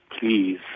please